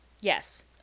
Yes